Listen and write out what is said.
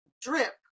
drip